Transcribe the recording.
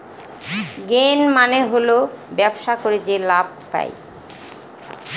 gain মানে হল ব্যবসা করে যে লাভ পায়